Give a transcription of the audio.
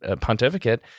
pontificate